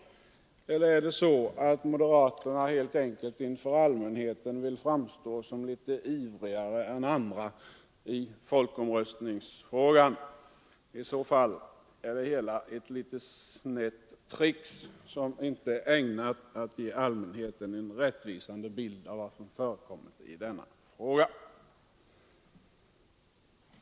Eller är det så att moderaterna helt enkelt inför allmänheten vill framstå som litet ivrigare än andra i folkomröstningsfrågan? I så fall är det hela ett litet snett trick, som inte är ägnat att ge allmänheten en rättvisande bild av vad som förekommit i denna fråga.